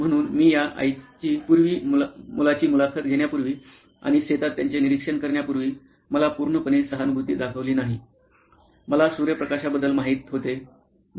म्हणून मी या आईची पूर्वी मुलाची मुलाखत घेण्यापूर्वी आणि शेतात त्यांचे निरीक्षण करण्यापूर्वी मला पूर्णपणे सहानुभूती दाखवली नाही मला सूर्यप्रकाशा बद्दल माहित होते